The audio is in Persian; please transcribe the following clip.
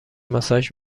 ماساژ